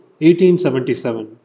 1877